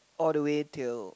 all the way till